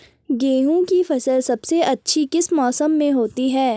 गेहूँ की फसल सबसे अच्छी किस मौसम में होती है